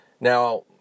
Now